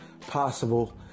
possible